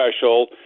special